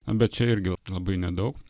na bet čia irgi labai nedaug